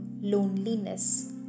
loneliness